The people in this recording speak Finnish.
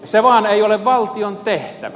se vain ei ole valtion tehtävä